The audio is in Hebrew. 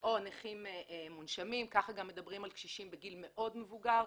או נכים מונשמים כך גם מדברים על קשישים בגיל מאוד מבוגר,